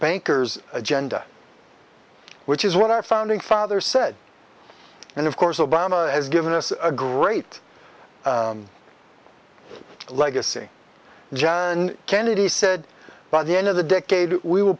banker's agenda which is what our founding father said and of course obama has given us a great legacy john kennedy said by the end of the decade we will